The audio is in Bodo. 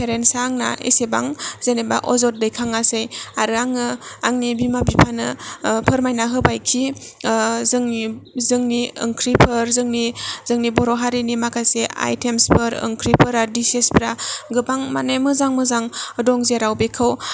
पेरेन्टसा आंना एसेबां जेनोबा अजद दैखाङासै आरो आङो आंनि बिमा बिफानो फोरमायना होबायखि जोंनि जोंनि ओंख्रिफोर जोंनि जोंनि बर' हारिनि माखासे आगथएमसफोर ओंख्रिफोरा डिसेसफोरा गोबां माने मोजां मोजां दं जेराव बिखौ